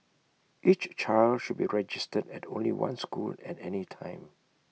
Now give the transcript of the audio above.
each child should be registered at only one school at any time